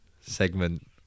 segment